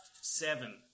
Seven